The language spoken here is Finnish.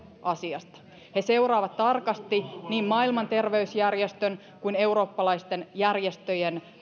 asiasta he seuraavat tarkasti niin maailman terveysjärjestön kuin eurooppalaisten järjestöjen